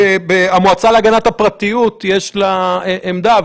למועצה להגנת הפרטיות יש עמדה.